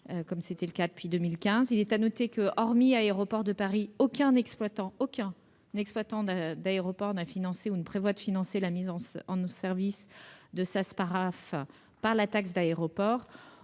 comme c'était le cas depuis 2015. Il est à noter que, hormis Aéroports de Paris, aucun exploitant d'aéroport n'a financé ou ne prévoit de financer la mise en service de sas Parafe au moyen